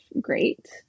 great